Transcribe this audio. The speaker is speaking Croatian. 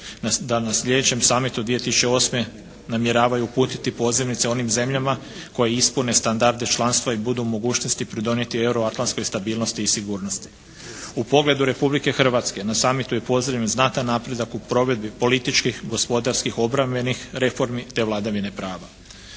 su na Vijeću, summitu 2008. namjeravaju uputiti pozivnice onim zemljama koje ispune standarde članstva i budu u mogućnosti pridonijeti euroatlantskoj stabilnosti i sigurnosti. U pogledu Republike Hrvatske na summitu je pozdravljen znatan napredak u provedbi političkih, gospodarskih, obrambenih reformi te vladavine prava.